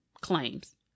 claims